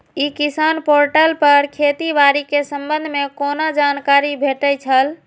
ई किसान पोर्टल पर खेती बाड़ी के संबंध में कोना जानकारी भेटय छल?